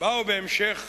באו בהמשך